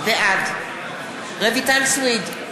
בעד רויטל סויד,